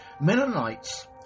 Mennonites